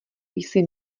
jsi